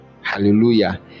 Hallelujah